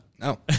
No